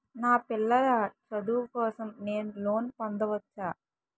నా పిల్లల చదువు కోసం నేను లోన్ పొందవచ్చా?